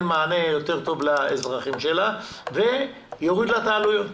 מענה יותר טוב לאזרחים שלה ויוריד לה את העלויות.